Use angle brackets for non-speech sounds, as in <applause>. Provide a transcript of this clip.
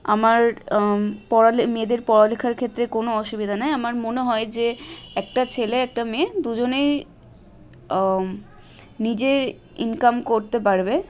আমার পড়া <unintelligible> মেয়েদের পড়ালেখার ক্ষেত্রে কোনো অসুবিধা নেই আমার মনে হয় যে একটা ছেলে একটা মেয়ে দুজনেই নিজে ইনকাম করতে পারবে